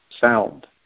sound